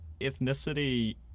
ethnicity